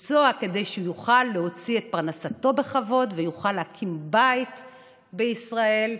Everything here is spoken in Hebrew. כדי שיוכל להוציא את פרנסתו בכבוד ויוכל להקים בית בישראל.